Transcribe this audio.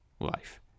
life